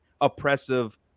oppressive